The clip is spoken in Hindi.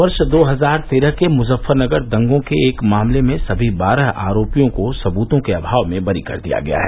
वर्ष दो हजार तेरह के मुजफ्फरनगर दंगों के एक मामले में सभी बारह आरोपियों को सबूतों के अभाव में बरी कर दिया गया है